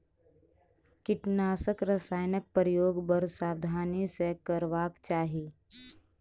कीटनाशक रसायनक प्रयोग बड़ सावधानी सॅ करबाक चाही